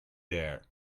there